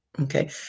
Okay